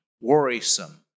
worrisome